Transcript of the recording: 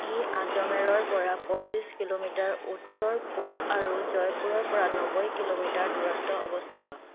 ই আজমেৰৰ পৰা পঁচিছ কিলোমিটাৰ উত্তৰ পূব আৰু জয়পুৰৰ পৰা নব্বৈ কিলোমিটাৰ দূৰত্ব অৱস্থিত